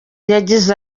yagize